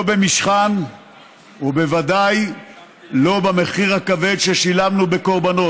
לא במשכן ובוודאי לא במחיר הכבד ששילמנו בקורבנות.